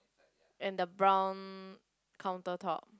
and the brown counter top